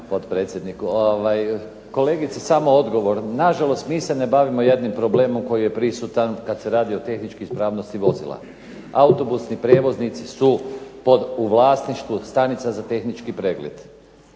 potpredsjedniku. Kolegici samo odgovor. Na žalost mi se ne bavimo jednim problemom, koji je prisutan kad se radi o tehničkoj ispravnosti vozila. Autobusni prijevoznici su pod u vlasništvu stanica za tehnički pregled,